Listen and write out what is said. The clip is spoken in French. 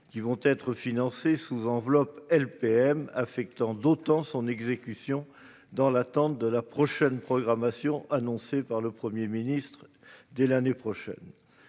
seront financées sous enveloppe LPM, affectant d'autant son exécution dans l'attente de la prochaine programmation annoncée par la Première ministre dès l'année prochaine.